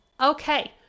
Okay